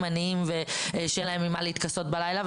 עניים שאין להם עם מה להתכסות בלילה.